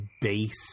base